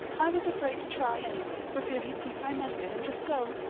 i was afraid to try, anyway, for fear he'd think i meant it and just go.